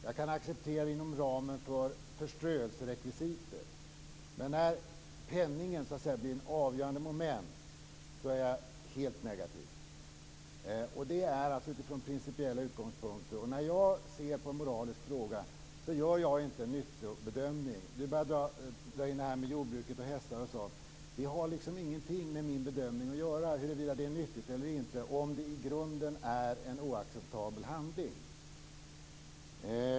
Jag kan acceptera det inom ramen för förströelserekvisitet. Men när penningen så att säga blir ett avgörande moment är jag helt negativ. Det är jag utifrån principiella utgångspunkter. När jag ser på en moralisk fråga gör jag inte en nyttobedömning. Du började dra in jordbruket och hästar. Det har liksom ingenting med min bedömning att göra huruvida det är nyttigt eller inte om det i grunden är en oacceptabel handling.